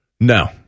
No